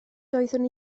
doeddwn